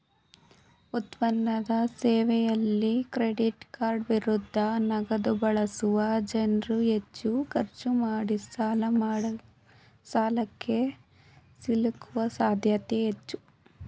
ಉತ್ಪನ್ನದ ಸೇವೆಯಲ್ಲಿ ಕ್ರೆಡಿಟ್ಕಾರ್ಡ್ ವಿರುದ್ಧ ನಗದುಬಳಸುವ ಜನ್ರುಹೆಚ್ಚು ಖರ್ಚು ಮಾಡಿಸಾಲಕ್ಕೆ ಸಿಲುಕುವ ಸಾಧ್ಯತೆ ಹೆಚ್ಚು